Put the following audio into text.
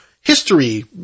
history